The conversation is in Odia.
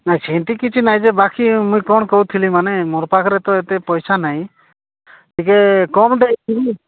ନାଇଁ ସେମିତି କିଛି ନାଇଁ ଯେ ବାକି ମୁଁ କ'ଣ କହୁଥିଲି ମାନେ ମୋ ପାଖରେ ତ ଏତେ ପଇସା ନାଇଁ ଟିକେ କମ୍ ଦେଇଥିବି